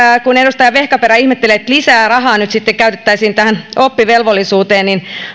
kun edustaja vehkaperä ihmettelee että lisää rahaa nyt sitten käytettäisiin tähän oppivelvollisuuteen